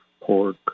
pork